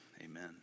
Amen